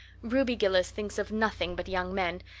ruby gillis thinks of nothing but young men,